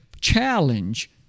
challenge